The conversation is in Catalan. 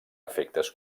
efectes